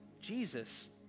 Jesus